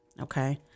Okay